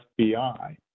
FBI